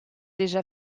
déjà